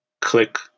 click